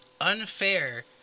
unfair